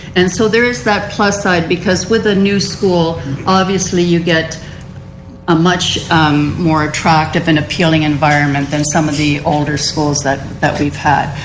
and so there is that plus side because with the new school obviously you get a much more attractive and appealing environment than some of the older schools that that we've had.